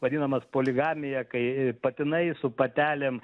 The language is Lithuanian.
vadinamas poligamija kai patinai su patelėm